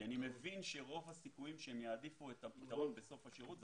אני מבין שרוב הסיכויים שהם יעדיפו את הלימודים בסוף השירות,